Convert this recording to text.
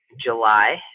July